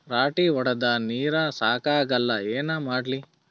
ರಾಟಿ ಹೊಡದ ನೀರ ಸಾಕಾಗಲ್ಲ ಏನ ಮಾಡ್ಲಿ?